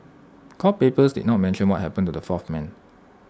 court papers did not mention what happened to the fourth man